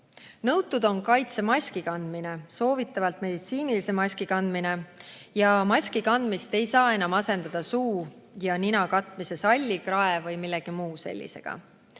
Nõutud on kaitsemaski kandmine, soovitatavalt meditsiinilise maski kandmine, ja maski kandmist ei saa enam asendada suu ja nina katmise salli, krae või millegi muu sellisega.